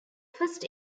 first